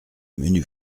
menus